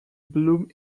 blum